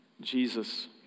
Jesus